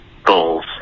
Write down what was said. goals